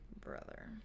Brother